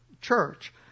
church